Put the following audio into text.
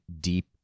deep